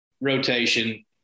rotation